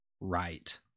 right